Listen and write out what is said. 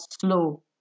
slow